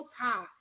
High